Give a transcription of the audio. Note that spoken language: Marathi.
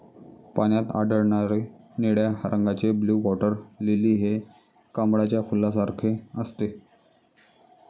पाण्यात आढळणारे निळ्या रंगाचे ब्लू वॉटर लिली हे कमळाच्या फुलासारखे असते